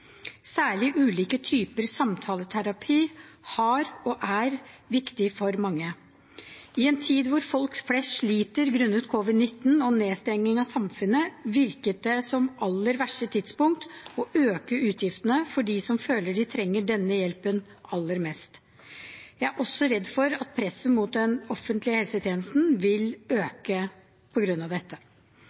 Særlig ulike typer samtaleterapi er viktig for mange. I en tid hvor folk flest sliter grunnet covid-19 og nedstengningen av samfunnet, virket det som det aller verste tidspunkt å øke utgiftene for dem som føler de trenger denne hjelpen aller mest. Jeg er også redd for at presset mot den offentlige helsetjenesten vil øke på grunn av dette.